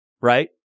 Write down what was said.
right